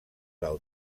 del